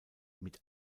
mit